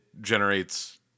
generates